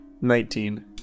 Nineteen